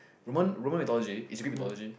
Roman Roman mythology is Greek myhtology